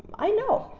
i know.